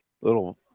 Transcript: little